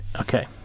okay